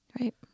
Right